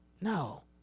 No